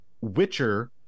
Witcher